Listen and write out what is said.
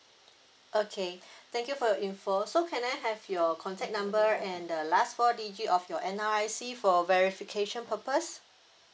okay thank you for your info so can I have your contact number and the last four digit of your N_R_I_C for verification purpose